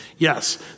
Yes